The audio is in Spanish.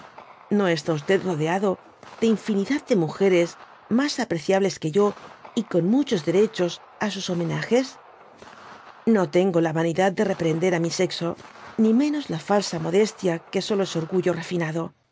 no está rodeado de infinidad de múgeres mas apreciables que dby google yo y coa muchos derechos á sus homenages no tengo la yanidad de reprehender á mi sexo ni menos la falsa modestia que solo es orgullo refinado